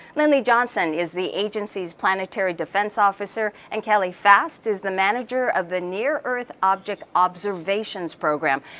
lindley johnson is the agency's planetary defense officer, and kelly fast is the manager of the near earth object observations program.